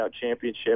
Championship